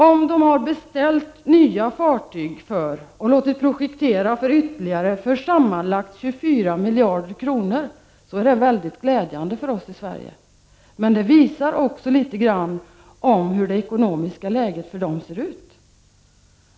Om de har beställt nya fartyg, och låtit projektera för ytterligare, för sammanlagt 4 miljarder kronor, så är det mycket glädjande för oss i Sverige. Men det visar också litet av hur det ekonomiska läget för dem ser ut.